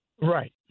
Right